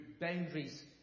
boundaries